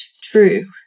true